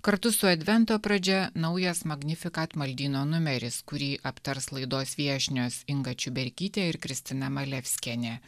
kartu su advento pradžia naujas magnificat maldyno numeris kurį aptars laidos viešnios inga čiuberkytė ir kristina malevskienė